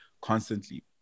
constantly